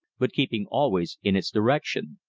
but keeping always in its direction.